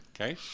Okay